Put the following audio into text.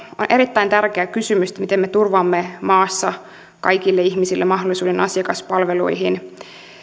on erittäin tärkeä kysymys miten me turvaamme maassa kaikille ihmisille mahdollisuuden asiakaspalveluihin